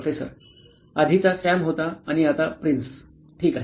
professor आधीचा Sam होता आणि आता प्रिन्स ठीक आहे